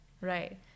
right